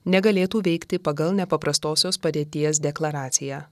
negalėtų veikti pagal nepaprastosios padėties deklaraciją